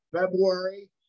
February